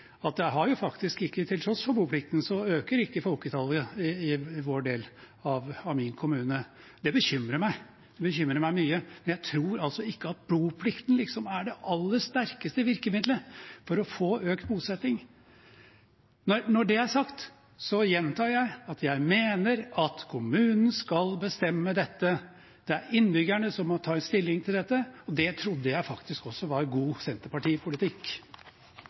at til tross for boplikten øker ikke folketallet i vår del av min kommune. Det bekymrer meg – det bekymrer meg mye – men jeg tror altså ikke at boplikten er det aller sterkeste virkemiddelet for å få økt bosetning. Når det er sagt, gjentar jeg at jeg mener at kommunen skal bestemme dette. Det er innbyggerne som må ta stilling til dette, og det trodde jeg faktisk også var god